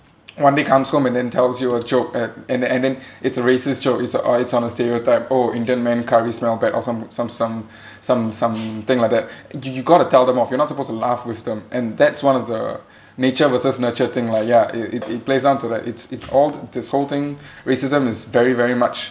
one day comes home and then tells you a joke and then and then it's a racist joke it's uh it's on a stereotype oh indian men curry smell bad or some some some some some thing like that you you got to tell them off you're not supposed to laugh with them and that's one of the nature versus nurture thing lah ya it it it plays down to that it's it's all this whole thing racism is very very much